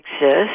exist